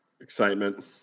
Excitement